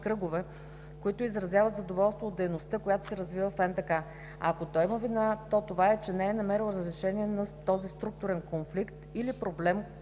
кръгове, които изразяват задоволство от дейността, която се развива в НДК. Ако той има вина, то това е, че не е намерил разрешение на този структурен конфликт или проблем,